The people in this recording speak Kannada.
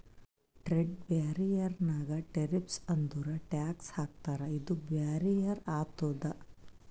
ಟ್ರೇಡ್ ಬ್ಯಾರಿಯರ್ ನಾಗ್ ಟೆರಿಫ್ಸ್ ಅಂದುರ್ ಟ್ಯಾಕ್ಸ್ ಹಾಕ್ತಾರ ಇದು ಬ್ಯಾರಿಯರ್ ಆತುದ್